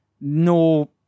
no